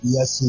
Yes